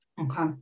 Okay